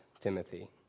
Timothy